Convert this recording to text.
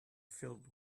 filled